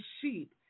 sheep